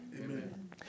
Amen